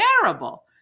terrible